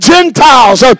Gentiles